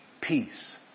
peace